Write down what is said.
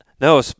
No